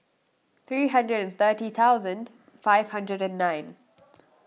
three hundred and thirty thousand five hundred and nine